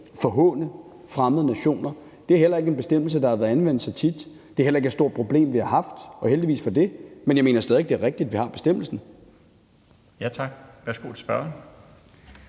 forhåne fremmede nationer. Det er heller ikke en bestemmelse, der har været anvendt så tit. Det er heller ikke et stort problem, vi har haft, og heldigvis for det. Men jeg mener stadig væk, at det er rigtigt, at vi har bestemmelsen. Kl. 22:03 Den fg.